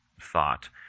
thought